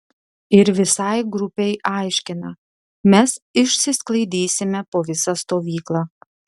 ir visai grupei aiškina mes išsisklaidysime po visą stovyklą